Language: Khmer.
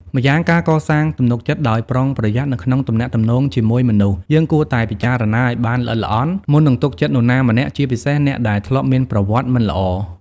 ម្យ៉ាងការកសាងទំនុកចិត្តដោយប្រុងប្រយ័ត្ននៅក្នុងទំនាក់ទំនងជាមួយមនុស្ស យើងគួរតែពិចារណាឱ្យបានល្អិតល្អន់ មុននឹងទុកចិត្តនរណាម្នាក់ ជាពិសេសអ្នកដែលធ្លាប់មានប្រវត្តិមិនល្អ ។